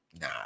nah